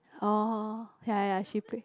orh ya ya ya she pray